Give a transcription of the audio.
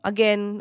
Again